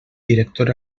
director